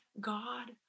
God